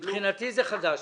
מבחינתי זה חדש.